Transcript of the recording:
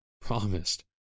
promised